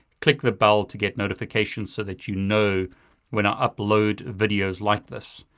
click the bell to get notifications, so that you know when i upload videos like this.